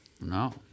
No